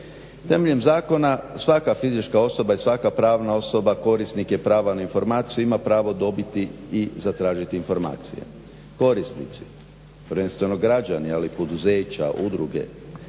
Temeljem zakona svaka fizička i svaka pravna osoba korisnik je prava na informaciju i ima pravo dobiti i zatražiti informacije. Korisnici, prvenstveno građani ali i poduzeća, udruge